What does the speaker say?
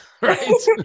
right